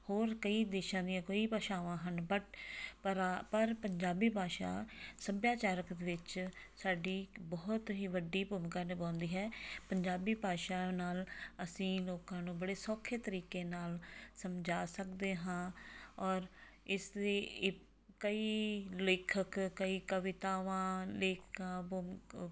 ਹੋਰ ਕਈ ਦੇਸ਼ਾਂ ਦੀਆਂ ਕਈ ਭਾਸ਼ਾਵਾਂ ਹਨ ਬਟ ਪਰ ਆ ਪਰ ਪੰਜਾਬੀ ਭਾਸ਼ਾ ਸੱਭਿਆਚਾਰਕ ਵਿੱਚ ਸਾਡੀ ਇੱਕ ਬਹੁਤ ਹੀ ਵੱਡੀ ਭੂਮਿਕਾ ਨਿਭਾਉਂਦੀ ਹੈ ਪੰਜਾਬੀ ਭਾਸ਼ਾ ਨਾਲ ਅਸੀ ਲੋਕਾਂ ਨੂੰ ਬੜੇ ਸੌਖੇ ਤਰੀਕੇ ਨਾਲ ਸਮਝਾ ਸਕਦੇ ਹਾਂ ਔਰ ਇਸ ਦੀ ਇ ਕਈ ਲੇਖਕ ਕਈ ਕਵਿਤਾਵਾਂ ਲੇਖਕਾਂ ਬੁਮ